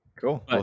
cool